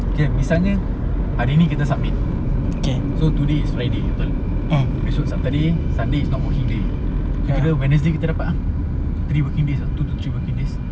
K misalnya hari ni kita submit so today is ready betul besok sub~ tadi sunday is not working day so kira wednesday kita dapat ah three working days ah two to three working days